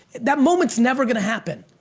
that moment's never gonna happen.